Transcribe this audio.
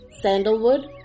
sandalwood